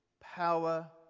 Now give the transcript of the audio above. power